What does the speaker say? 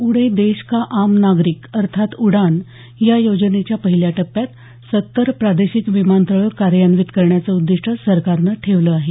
उडे देश का आम नागरिक अर्थात उडान या योजनेच्या पहिल्या टप्प्यात सत्तर प्रादेशिक विमानतळं कार्यान्वित करण्याचं उद्दिष्ट सरकारनं ठेवलं आहे